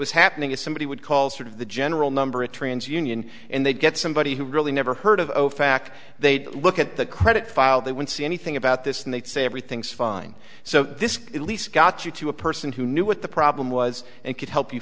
was happening is somebody would call sort of the general number a trans union and they'd get somebody who really never heard of ofac they'd look at the credit file they would see anything about this and they'd say everything's fine so this at least got you to a person who knew what the problem was and could help you